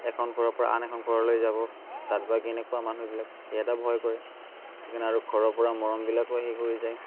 এখন ঘৰৰপৰা আন এখন ঘৰলৈ যাব তাত বা কেনেকুৱা মানুহবিলাক সেই এটা ভয় কৰে সেইকাৰণে আৰু ঘৰৰপৰা মৰমবিলাকো হেৰি কৰি যায়